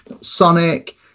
Sonic